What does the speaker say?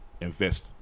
invest